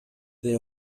they